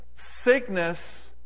sickness